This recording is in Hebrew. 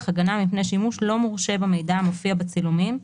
הגנה מפני שימוש לא מורשה במידע המופיע בצילומים,